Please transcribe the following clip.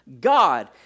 God